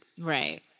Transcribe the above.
Right